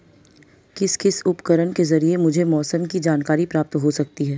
किस किस उपकरण के ज़रिए मुझे मौसम की जानकारी प्राप्त हो सकती है?